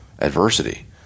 adversity